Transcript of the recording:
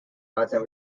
content